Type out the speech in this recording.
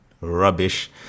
rubbish